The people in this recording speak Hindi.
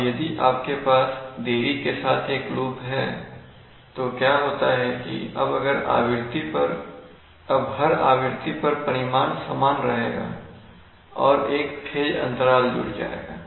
अब यदि आपके पास देरी के साथ एक लूप है तो क्या होता है कि अब हर आवृत्ति पर परिमाण समान रहेगा और एक फैज अंतराल जुड़ जाएगा